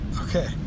Okay